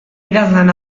idazlan